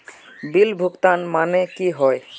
Bill भुगतान माने की होय?